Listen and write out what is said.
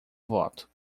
voto